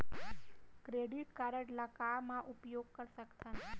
Credit card ला का का मा उपयोग कर सकथन?